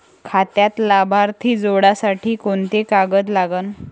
खात्यात लाभार्थी जोडासाठी कोंते कागद लागन?